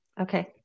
okay